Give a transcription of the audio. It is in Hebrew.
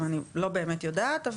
אני לא באמת יודעת,